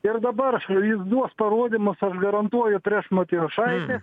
ir dabar jis duos parodymus aš garantuoju prieš matijošaitį